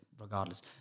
regardless